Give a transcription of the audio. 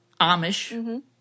Amish